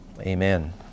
Amen